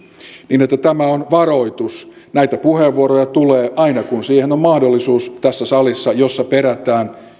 niin että tämä on varoitus näitä puheenvuoroja tulee aina kun siihen on on mahdollisuus tässä salissa jossa penätään